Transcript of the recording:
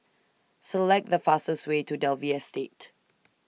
Select The fastest Way to Dalvey Estate